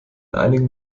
einigen